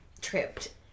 tripped